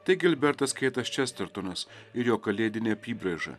tai gilbertas keitas čestertonas ir jo kalėdinė apybrėža